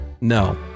No